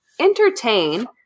entertain